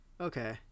okay